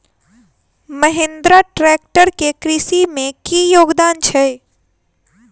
Mahindra tractor केँ कृषि मे की योगदान छै?